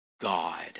God